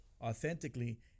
authentically